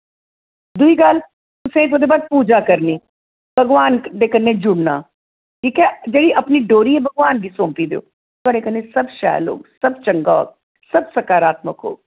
दूई गल्ल तुसें गी उ'दे बाद पूजा करनी भगवान दे कन्नै जुड़ना ठीक ऐ जेह्ड़ी अपनी डोरी ऐ भगवान गी सौंपी देओ थोआढ़े कन्नै सब शैल होग सब चंगा होग सब सकारात्मक होग